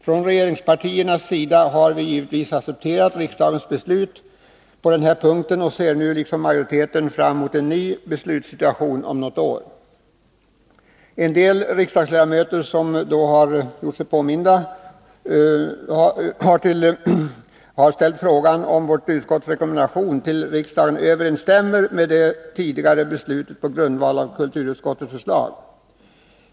Från regeringspartiernas sida har vi givetvis accepterat riksdagens beslut på den här punkten och ser nu, liksom majoriteten gör, fram emot en ny beslutssituation om något år. En del riksdagsledamöter som gjort sig påminda i dessa frågor har frågat ledamöter i näringsutskottet om utskottets rekommendation till riksdagen överensstämmer med det tidigare beslutet på grundval av kulturutskottets förslag.